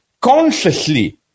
consciously